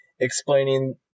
explaining